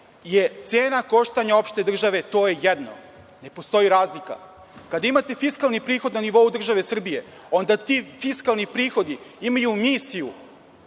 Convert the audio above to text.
je cena koštanja opšte države, to je jedno, ne postoji razlika. Kada imate fiskalni prihod na nivou države Srbije onda ti fiskalni prihodi imaju misiju